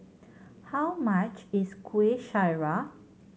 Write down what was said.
how much is Kuih Syara